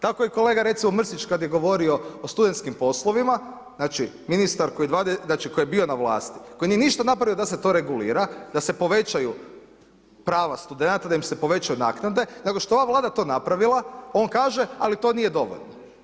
Tako i kolega Mrsić kad je govorio o studentskim poslovima, znači ministar koji je bio na vlasti, koji nije ništa napravio da se to regulira, da se povećaju prava studenata, da im se povećaju naknade, nego što je ova vlada to napravila, on kaže ali to nije dovoljno.